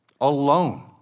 alone